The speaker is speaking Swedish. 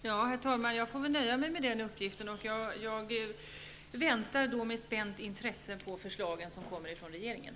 Herr talman! Jag får väl nöja mig med det beskedet. Jag väntar med spänt intresse på det förslag som kommer från regeringen.